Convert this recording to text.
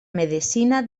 medecina